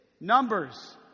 Numbers